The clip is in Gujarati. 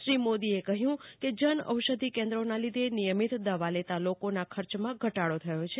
શ્રી મોદીએ કહ્યું કે જનઔષધિ કેન્દ્રોના લીધે નિયમિત દવા લેતા લોકોના ખર્ચમાં ઘટાડો થયો છે